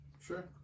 Sure